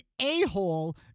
a-hole